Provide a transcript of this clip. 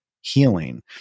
healing